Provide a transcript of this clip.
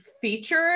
featured